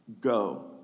Go